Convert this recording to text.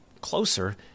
closer